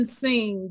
sing